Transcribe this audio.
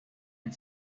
and